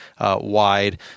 wide